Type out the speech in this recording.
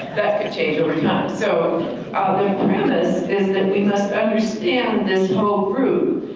that could change over time, so the premise is that we must understand this whole group.